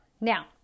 now